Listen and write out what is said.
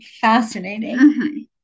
fascinating